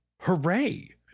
hooray